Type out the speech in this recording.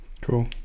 Cool